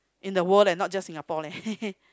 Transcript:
in the world leh not just Singapore leh